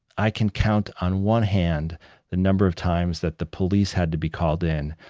i can count on one hand the number of times that the police had to be called in,